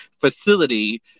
facility